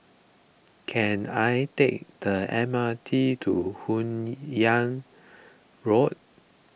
can I take the M R T to Hun Yeang Road